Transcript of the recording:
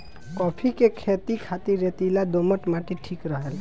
काफी के खेती खातिर रेतीला दोमट माटी ठीक रहेला